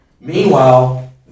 Meanwhile